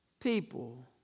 people